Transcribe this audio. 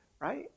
right